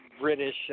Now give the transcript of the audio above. British